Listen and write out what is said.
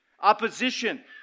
opposition